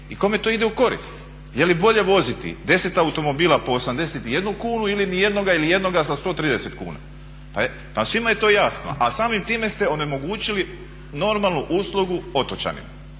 i kome to ide u korist, je li bolje voziti 10 automobila po 81 kunu ili ni jednoga, ili jednoga za 130 kuna? Pa svima je to jasno a samim time ste onemogućili normalnu uslugu otočanima.